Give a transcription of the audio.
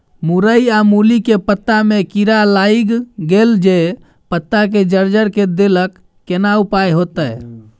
मूरई आ मूली के पत्ता में कीरा लाईग गेल जे पत्ता के जर्जर के देलक केना उपाय होतय?